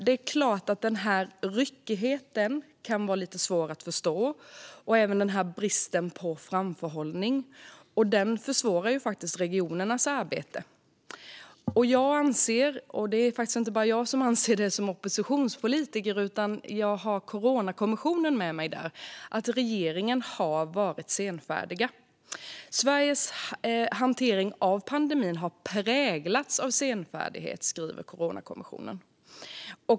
Det är klart att den här ryckigheten kan vara lite svår att förstå, och det kan även bristen på framförhållning vara. Den försvårar ju regionernas arbete. Jag anser - och det är faktiskt inte bara jag som oppositionspolitiker som anser det, utan jag har Coronakommissionen med mig där - att regeringen har varit senfärdig. Sveriges hantering av pandemin har präglats av senfärdighet, skriver kommissionen.